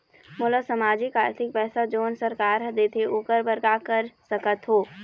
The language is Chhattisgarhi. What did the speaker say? मोला सामाजिक आरथिक पैसा जोन सरकार हर देथे ओकर बर का कर सकत हो?